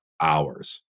hours